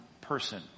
person